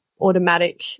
automatic